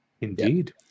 Indeed